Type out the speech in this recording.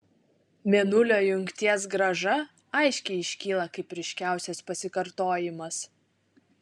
mėnulio jungties grąža aiškiai iškyla kaip ryškiausias pasikartojimas